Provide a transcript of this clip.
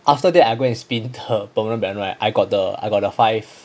after that I go and spin the permanent banner right I got the five